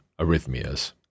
Arrhythmias